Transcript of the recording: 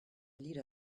leader